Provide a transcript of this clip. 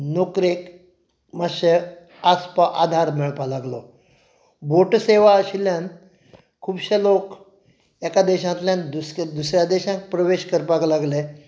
नोकरेक मातशे आस्प आदार मेळपा लागलो बोटसेवा आशिल्ल्यान खुबशे लोक एका देशांतल्यान दुसऱ्या देशांत प्रवेश करपाक लागले